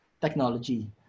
technology